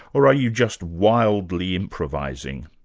or are you just wildly improvising?